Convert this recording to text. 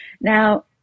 Now